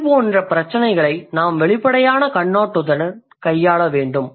இதுபோன்ற பிரச்சினைகளை நாம் வெளிப்படையான கண்ணோட்டத்துடன் கையாள வேண்டும்